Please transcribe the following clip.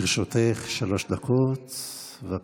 לרשותך שלוש דקות, בבקשה.